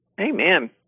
Amen